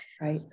right